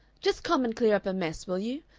just come and clear up a mess, will you?